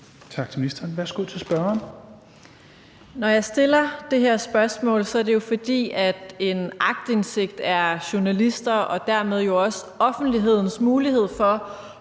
Tak til ministeren. Værsgo til spørgeren. Kl. 13:19 Samira Nawa (RV): Når jeg stiller det her spørgsmål, er det jo, fordi en aktindsigt er journalisters og dermed også offentlighedens mulighed for